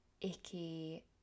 icky